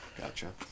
gotcha